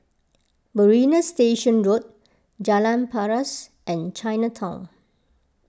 Marina Station Road Jalan Paras and Chinatown